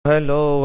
Hello